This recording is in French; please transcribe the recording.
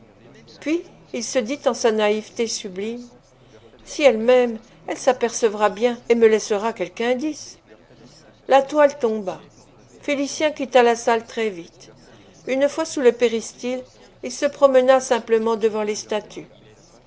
puis il se dit en sa naïveté sublime si elle m'aime elle s'apercevra bien et me laissera quelque indice la toile tomba félicien quitta la salle très vite une fois sous le péristyle il se promena simplement devant les statues